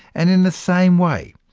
and in the same way,